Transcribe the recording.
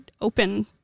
open